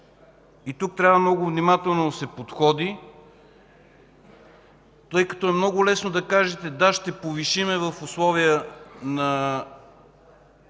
Тук трябва много внимателно да се подходи, тъй като е много лесно да кажете: да, ще повишим вноските в условия на